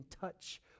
touch